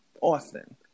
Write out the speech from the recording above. Austin